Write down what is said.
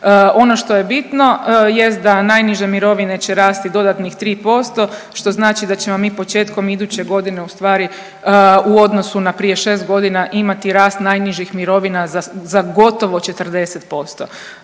Ono što je bitno jest da najniže mirovine će rasti dodatnih 3%, što znači da ćemo mi početkom iduće godine ustvari u odnosu na prije 6.g. imati rast najnižih mirovina za gotovo 40%.